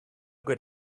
good